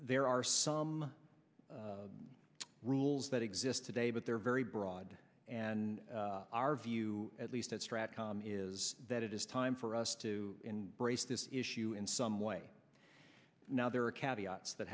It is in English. there are some rules that exist today but they're very broad and our view at least at strat com is that it is time for us to brace this issue in some way now there are carry out that